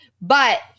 But-